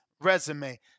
resume